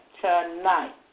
tonight